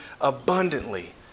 abundantly